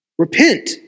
Repent